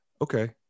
okay